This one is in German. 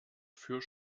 für